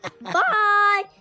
bye